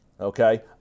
Okay